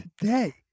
today